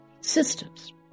systems